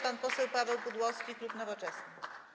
Pan poseł Paweł Pudłowski, klub Nowoczesna.